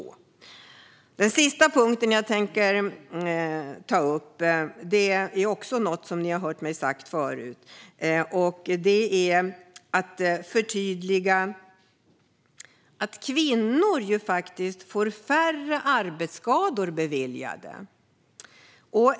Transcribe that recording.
Den tredje och sista punkten som jag tänker ta upp är också något som ni har hört mig säga förut. Det är att förtydliga att kvinnor får färre arbetsskadeanmälningar beviljade.